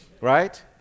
Right